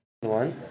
one